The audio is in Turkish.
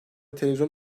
televizyon